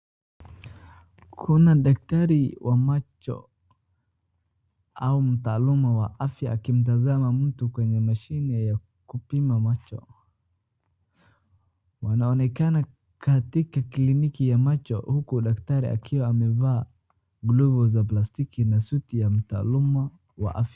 Kuna daktari wa macho au mtaaluma wa afya akimtazama mtu kwenye mashine ya kupima macho. Wanaonekana katika kliniki ya macho huku daktari akiwa amevaa glovu za plastiki na suti ya mtaaluma wa afya.